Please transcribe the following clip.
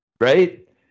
right